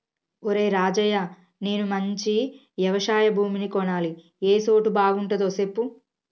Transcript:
ఒరేయ్ రాజయ్య నేను మంచి యవశయ భూమిని కొనాలి ఏ సోటు బాగుంటదో సెప్పు